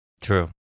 true